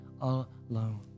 alone